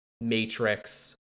matrix